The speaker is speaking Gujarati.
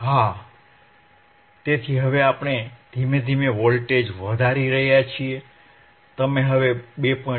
હા તેથી હવે આપણે ધીમે ધીમે વોલ્ટેજ વધારી રહ્યા છીએ તમે હવે 2